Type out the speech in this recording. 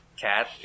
cat